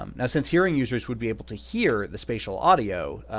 um now since hearing users would be able to hear the spatial audio,